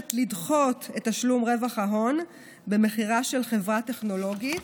מבקשת לדחות את תשלום רווח ההון במכירה של חברה טכנולוגית,